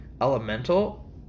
elemental